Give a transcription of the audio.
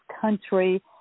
country